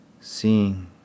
seeing